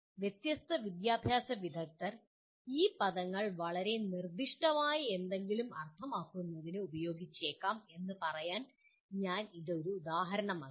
വ്യത്യസ്ത വിദ്യാഭ്യാസ വിദഗ്ധർ ഈ പദങ്ങൾ വളരെ നിർദ്ദിഷ്ടമായ എന്തെങ്കിലും അർത്ഥമാക്കുന്നതിന് ഉപയോഗിച്ചേക്കാം എന്ന് പറയാൻ ഞാൻ ഇത് ഒരു ഉദാഹരണമായി നൽകി